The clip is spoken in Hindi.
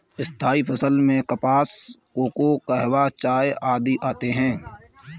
स्थायी फसल में कपास, कोको, कहवा, चाय आदि आते हैं